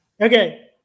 Okay